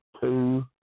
two